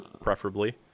preferably